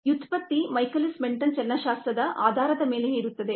ವ್ಯುತ್ಪತ್ತಿ Michaelis Menten ಚಲನಶಾಸ್ತ್ರದ ಆಧಾರದ ಮೇಲೆಯೇ ಇರುತ್ತದೆ